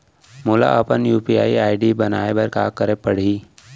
मोला अपन UPI ID बनाए बर का करे पड़ही?